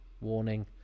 warning